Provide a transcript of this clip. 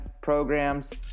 programs